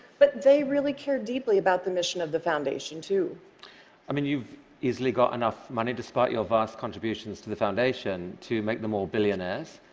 but they really care deeply about the mission of the foundation, too. ca i mean you've easily got enough money despite your vast contributions to the foundation to make them all billionaires.